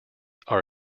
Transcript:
are